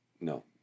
No